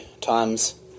times